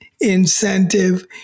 incentive